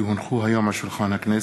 כי הונחו היום על שולחן הכנסת,